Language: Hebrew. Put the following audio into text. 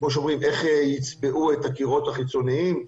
איך יצבעו את הקירות החיצוניים,